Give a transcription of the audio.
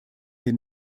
den